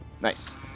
Nice